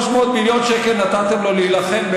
300 מיליון שקל נתתם לו להילחם.